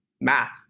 math